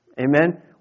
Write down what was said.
Amen